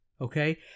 okay